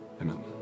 Amen